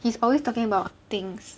he's always talking about things